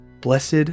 Blessed